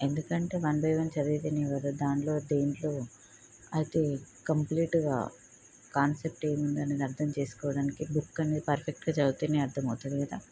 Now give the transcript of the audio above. ఎందుకంటే one by one చదివితేనే కదా దాంట్లో దీంట్లో అయితే కంప్లీట్గా కాన్సెప్ట్ ఏముందనేది అర్దం చేసుకోవడానికి బుక్ అనేది పర్ఫెక్ట్గా చదివితేనే అర్దమవుతుంది కదా